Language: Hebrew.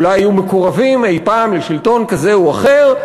שאולי היו מקורבים אי-פעם לשלטון כזה או אחר,